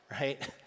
Right